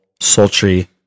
sultry